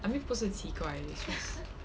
I mean 不是奇怪 is just